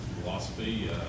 philosophy